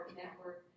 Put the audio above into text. network